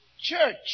church